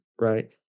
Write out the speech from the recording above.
right